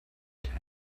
tent